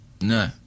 no